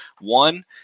one